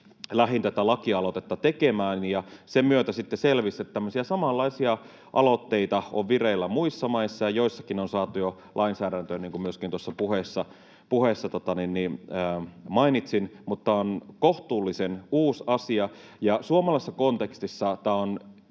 lähdin tätä lakialoitetta tekemään, ja sen myötä sitten selvisi, että tämmöisiä samanlaisia aloitteita on vireillä muissa maissa ja joissakin on saatu jo lainsäädäntöä, niin kuin myöskin tuossa puheessa mainitsin, mutta tämä on kohtuullisen uusi asia. Suomalaisessa kontekstissa tämä on